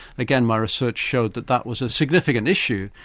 again my research showed that that was a significant issue,